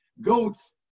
Goats